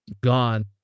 gone